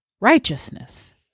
righteousness